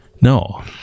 No